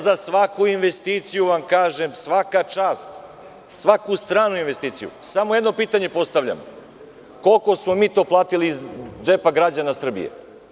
Za svaku investiciju vam kažem svaka čast, svaku stranu investiciju, samo jedno pitanje postavljam – koliko smo mi to platili iz budžeta građana Srbije?